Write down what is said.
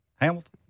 Hamilton